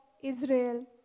Israel